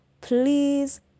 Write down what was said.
please